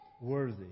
worthy